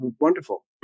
wonderful